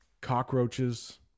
Cockroaches